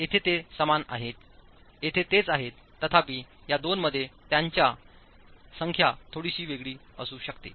येथे ते समान आहेयेथे तेच आहेतथापि या दोनमध्ये त्यांची संख्या थोडीशी वेगळी असू शकते